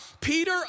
Peter